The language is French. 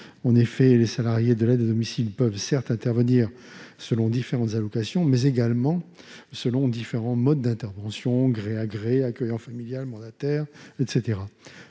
En effet, les salariés de l'aide à domicile peuvent certes intervenir selon différentes allocations, mais également selon différents modes d'interventions- gré à gré, accueillant familial, mandataire, etc.